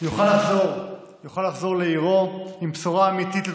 לחזור לעירו עם בשורה אמיתית לתושבים.